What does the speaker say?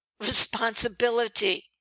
responsibility